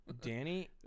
Danny